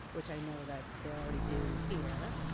which, i know that they already do here.